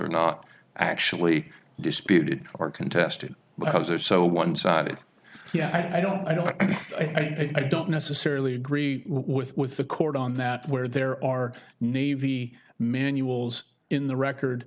are not actually disputed or contested but those are so one sided yeah i don't i don't i don't necessarily agree with with the court on that where there are navy manuals in the record